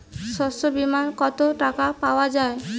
শস্য বিমায় কত টাকা পাওয়া যায়?